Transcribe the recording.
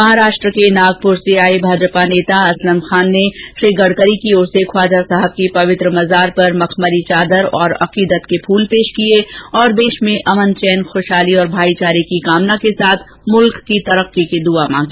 महाराष्ट्र के नागपुर से आए भाजपा नेता असलम खान ने श्री गडकरी की ओर से ख्वाजा साहब की पवित्र मजार पर मखमली चादर और अकीदत के फूल पेश किए और देश में अमन चैन खुशहाली और भाईचारे की कामना के साथ मुल्क की तरक्की की दुआ की